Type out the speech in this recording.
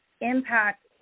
impact